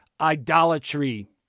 idolatry